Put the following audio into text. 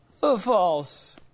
false